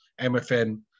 MFN